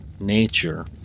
Nature